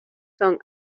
son